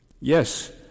Yes